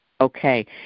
Okay